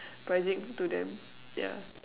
pricing to them yeah